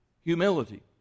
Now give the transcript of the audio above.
Humility